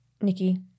Nikki